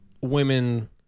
women